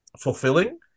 fulfilling